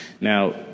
Now